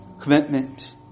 commitment